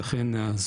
שהצורך אכן זוהה,